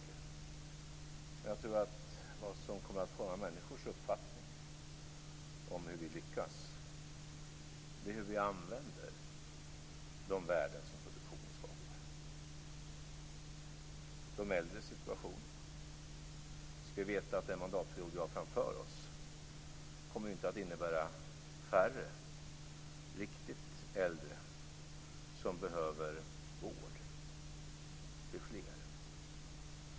Men jag tror att vad som kommer att forma människors uppfattning om hur vi lyckas är hur vi använder de värden som produktionen skapar. Det handlar om de äldres situation. Vi skall veta att den mandatperiod vi har framför oss inte kommer att innebära färre riktigt äldre som behöver vård utan fler.